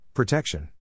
Protection